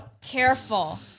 Careful